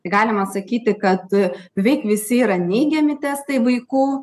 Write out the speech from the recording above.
galima sakyti kad beveik visi yra neigiami testai vaikų